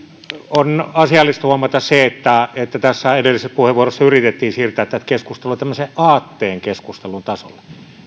on asiallista huomata se että että tässä edellisessä puheenvuorossa yritettiin siirtää tätä keskustelua tämmöiselle aatteen keskustelun tasolle